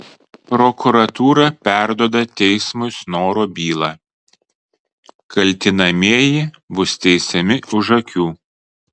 prokuratūra perduoda teismui snoro bylą kaltinamieji bus teisiami už akių